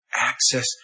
Access